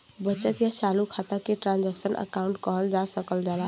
बचत या चालू खाता के ट्रांसक्शनल अकाउंट कहल जा सकल जाला